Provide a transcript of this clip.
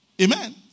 Amen